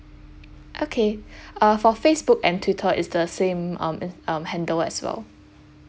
okay uh for facebook and twitter it's the same um um handle as well